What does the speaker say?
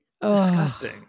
disgusting